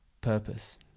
purpose